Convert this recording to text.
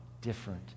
different